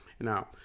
Now